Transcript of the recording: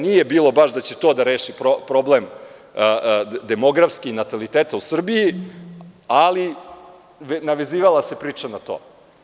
Nije bilo baš da će to da reši problem demografski nataliteta u Srbiji, ali navezivala se priča na to.